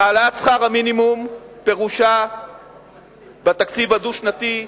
העלאת שכר המינימום פירושה בתקציב הדו-שנתי,